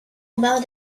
about